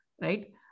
right